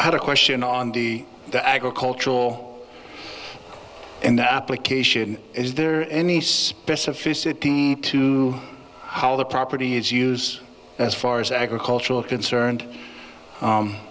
i had a question on the the agricultural and the application is there any specificity to how the property is used as far as agricultural concerned